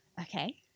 Okay